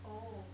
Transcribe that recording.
oh